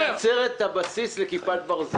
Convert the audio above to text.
שמייצרת את הבסיס לכיפת ברזל.